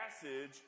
passage